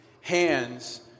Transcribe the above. hands